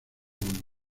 uno